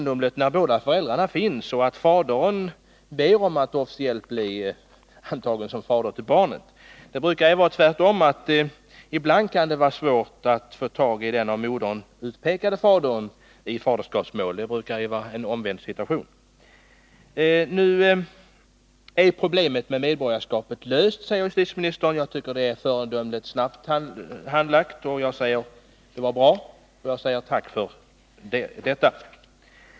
Då båda föräldrarna är kända och fadern ber om att också officiellt få bli fader till barnet kan det tyckas egendomligt att faderskapet inte kan fastställas. Det är ju ofta tvärtom svårt att få tag på den av modern utpekade fadern, dvs. en omvänd situation. Justitieministern säger i svaret att problemet med medborgarskapet nu är löst. Det innebär att ärendet är föredömligt snabbt handlagt, vilket är bra. Jag tackar för detta.